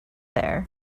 there